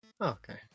Okay